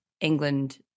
England